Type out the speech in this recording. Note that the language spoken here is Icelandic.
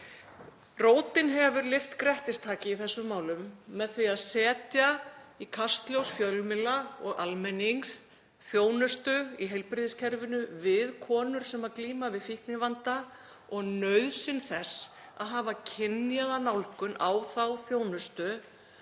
Rótin hefur lyft grettistaki í þessum málum með því að setja í kastljós fjölmiðla og almennings þjónustu í heilbrigðiskerfinu við konur sem glíma við fíknivanda og nauðsyn þess að hafa kynjaða nálgun á þá þjónustu